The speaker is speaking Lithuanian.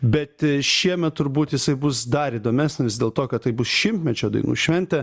bet šiemet turbūt jisai bus dar įdomesnis dėl to kad tai bus šimtmečio dainų šventė